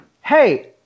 hey